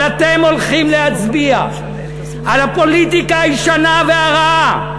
אבל אתם הולכים להצביע על הפוליטיקה הישנה והרעה.